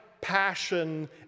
passion